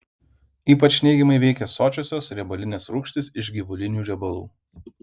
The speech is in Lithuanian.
ypač neigiamai veikia sočiosios riebalinės rūgštys iš gyvulinių riebalų